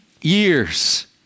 years